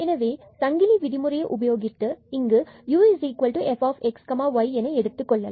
எனவே சங்கிலி விதிமுறையை உபயோகித்து இங்கு ufxy என எடுத்துக்கொள்ளலாம்